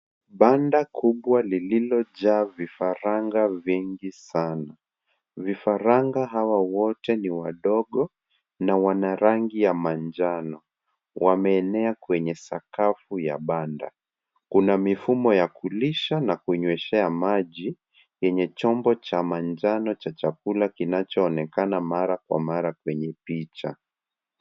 Banda kubwa lililojaa vifaranga vingi sana. Vifaranga hawa wote ni wadogo na wana rangi ya manjano. Wameenea kwneye sakafu ya banda. Kuna mifumo ya kulisha na kunyweshea maji , yenye chombo cha manjano cha chakula kinachoonekana mara kwa mara kwenye picha.